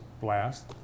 blast